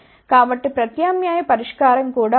కాబట్టి ప్రత్యామ్నాయ పరిష్కారం కూడా ఉంది